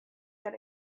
that